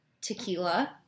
tequila